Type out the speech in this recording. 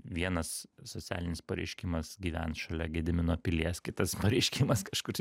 vienas socialinis pareiškimas gyvent šalia gedimino pilies kitas pareiškimas kažkur